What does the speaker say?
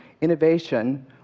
innovation